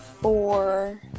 four